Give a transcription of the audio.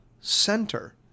center